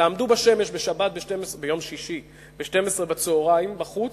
תעמדו בשמש ביום שישי ב-12:00, בצהריים, בחוץ,